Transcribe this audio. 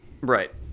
Right